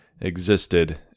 existed